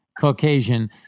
Caucasian